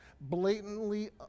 blatantly